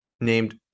named